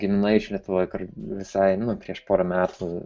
giminaičių lietuvoj kur visai nu prieš pora metų